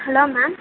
hello ma'am